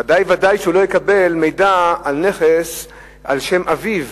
ודאי וודאי שהוא לא יקבל מידע על נכס על שם אביו,